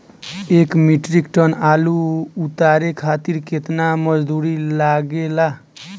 एक metric ton आलू उतारे खातिर केतना मजदूरी लागेला?